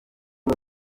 byo